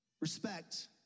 respect